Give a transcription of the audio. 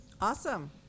Awesome